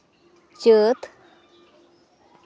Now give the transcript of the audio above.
ᱪᱟᱹᱛ